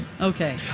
okay